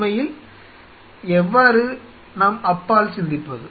உண்மையில் எவ்வாறு நாம் அப்பால் சிந்திப்பது